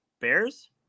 Bears